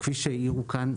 כפי שהעירו כאן,